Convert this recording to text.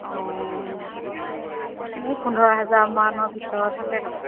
অঁ মোক পোন্ধৰ হেজাৰমানৰ ভিতৰত হ'লে হ'ব